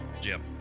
Jim